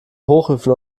hochöfen